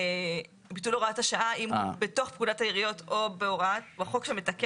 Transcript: ביטול הוראת השעה האם בתוך פקודת העיריות או בחוק שתוקן?